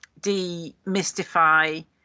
demystify